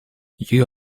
you